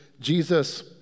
Jesus